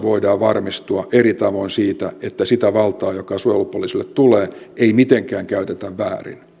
voidaan varmistua eri tavoin siitä että sitä valtaa joka suojelupoliisille tulee ei mitenkään käytetä väärin